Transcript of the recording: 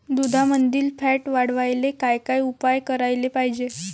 दुधामंदील फॅट वाढवायले काय काय उपाय करायले पाहिजे?